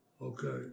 okay